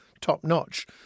top-notch